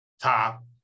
top